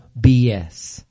BS